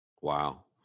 Wow